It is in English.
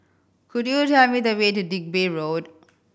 could you tell me the way to Digby Road